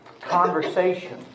conversation